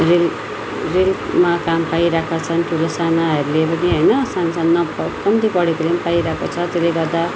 rail रेलमा काम पाइरहेका छन् ठुला सानाहरूले पनि होइन सान्साना अब कम्ती पढेकाले नि पाइरहेको छ त्यसले गर्दा